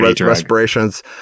respirations